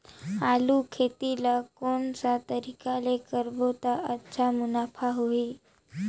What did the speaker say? आलू खेती ला कोन सा तरीका ले करबो त अच्छा मुनाफा होही?